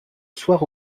soir